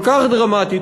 כל כך דרמטית,